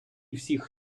всіх